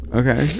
okay